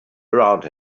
above